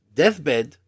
deathbed